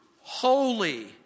holy